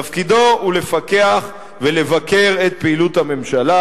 תפקידו הוא לפקח ולבקר את פעילות הממשלה,